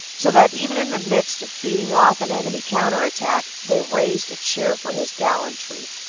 so that even in the midst of beating off an enemy counter-attack, they raised a cheer for his gallantry.